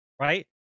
right